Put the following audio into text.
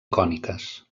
còniques